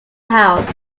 house